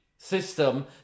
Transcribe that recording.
System